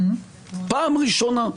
פעם ראשונה.